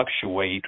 fluctuate